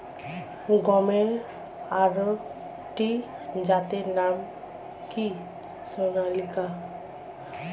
গমের আরেকটি জাতের নাম কি সোনালিকা?